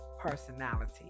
personality